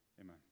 amen